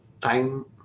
time